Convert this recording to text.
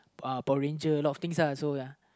uh Power Ranger a lot of things uh so ya